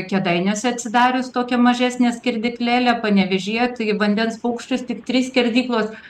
kėdainiuose atsidarius tokia mažesnė skerdyklėlė panevėžyje taigi vandens paukščius tik trys skerdyklos